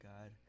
God